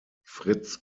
fritz